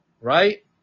right